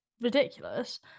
ridiculous